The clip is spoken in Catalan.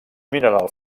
mineral